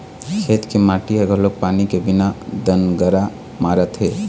खेत के माटी ह घलोक पानी के बिना दनगरा मारत हे